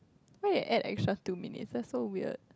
why they add extra two minutes that's so weird